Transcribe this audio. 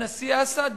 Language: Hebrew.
הנשיא אסד,